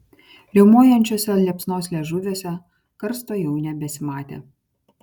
riaumojančiuose liepsnos liežuviuose karsto jau nebesimatė